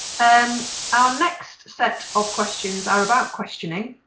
and our next set of questions are about questioning.